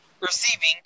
receiving